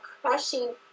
crushing